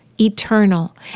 eternal